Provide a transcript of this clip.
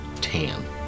tan